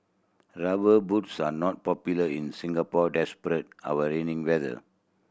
Rubber Boots are not popular in Singapore despite our rainy weather